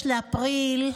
ב-26 באפריל,